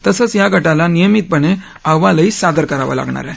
तसंच या गाला नियमीतपणे अहवालही सादर करावा लागणार आहे